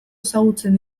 ezagutzen